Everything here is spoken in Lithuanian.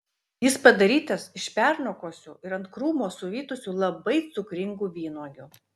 jis padarytas iš pernokusių ir ant krūmo suvytusių labai cukringų vynuogių